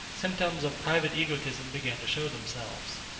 symptoms of private egotism began to show themselves.